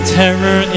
terror